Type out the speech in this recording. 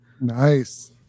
Nice